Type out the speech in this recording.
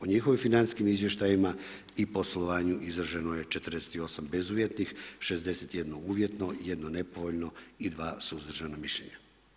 O njihovim financijskim izvještajima i poslovanju izraženo je 48 bezuvjetnih, 61 uvjetno, 1 nepovoljno i 2 suzdržana mišljenja.